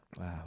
Wow